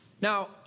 Now